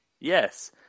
Yes